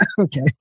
Okay